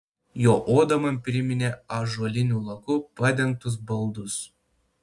jo oda man priminė ąžuoliniu laku padengtus baldus